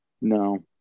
No